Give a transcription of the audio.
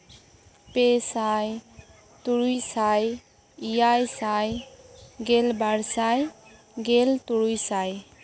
ᱯᱮ ᱥᱟᱭ ᱛᱩᱨᱩᱭ ᱥᱟᱭ ᱮᱭᱟᱭ ᱥᱟᱭ ᱜᱮᱞᱵᱟᱨ ᱥᱟᱭ ᱜᱮᱞ ᱛᱩᱨᱩᱭ ᱥᱟᱭ